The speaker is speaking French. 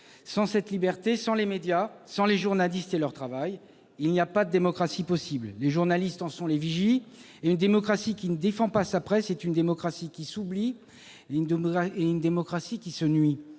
Sans cette liberté, sans les médias, sans les journalistes et leur travail, il n'y a pas démocratie possible. Les journalistes sont les vigies de la démocratie, et une démocratie qui ne défend pas sa presse est une démocratie qui s'oublie, une démocratie qui se nuit